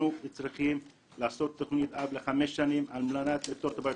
אנחנו צריכים לעשות תוכנית אב לחמש שנים על מנת לפתור את הבעיות.